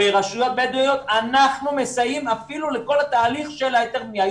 ברשויות בדואיות אנחנו מסייעים אפילו לכל התהליך של היתר הבניה.